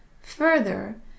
Further